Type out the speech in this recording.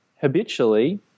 habitually